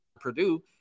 Purdue